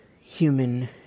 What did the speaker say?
human